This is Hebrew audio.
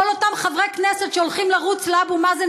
כל אותם חברי כנסת שהולכים לרוץ לאבו מאזן